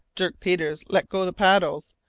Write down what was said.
dirk peters let go the paddles,